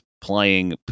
playing